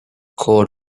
cord